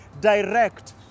Direct